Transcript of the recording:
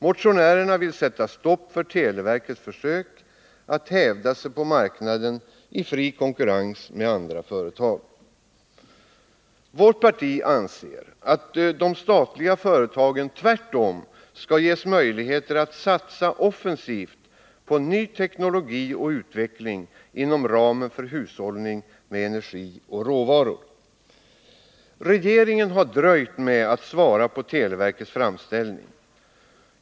Motionärerna vill sätta stopp för televerkets försök att hävda sig på marknaden i fri konkurrens med andra företag. Vårt parti anser att de statliga företagen tvärtom skall ges möjligheter att satsa offensivt på ny teknologi och utveckling inom ramen för hushållning med energi och råvaror. Regeringen har dröjt med att svara på televerkets framställning.